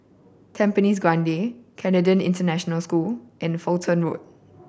Tampines Grande Canadian International School and Fulton Road